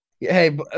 Hey